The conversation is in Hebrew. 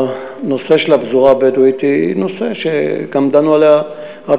הנושא של הפזורה הבדואית הוא נושא שדנו עליו רק